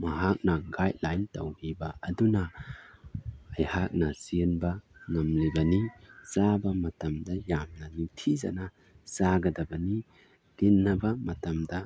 ꯃꯍꯥꯛꯅ ꯒꯥꯏꯗꯂꯥꯏꯟ ꯇꯧꯕꯤꯕ ꯑꯗꯨꯅ ꯑꯩꯍꯥꯛꯅ ꯆꯦꯟꯕ ꯉꯝꯂꯤꯕꯅꯤ ꯆꯥꯕ ꯃꯇꯝꯗ ꯌꯥꯝꯅ ꯅꯤꯡꯊꯤꯖꯅ ꯆꯥꯒꯗꯕꯅꯤ ꯇꯤꯟꯅꯕ ꯃꯇꯝꯗ